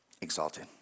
exalted